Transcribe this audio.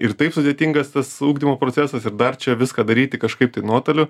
ir taip sudėtingas tas ugdymo procesas ir dar čia viską daryti kažkaip tai nuotoliu